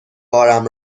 بارم